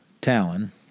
Talon